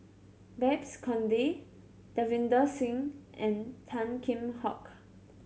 Babes Conde Davinder Singh and Tan Kheam Hock